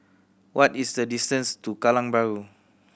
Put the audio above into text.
what is the distance to Kallang Bahru